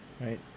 right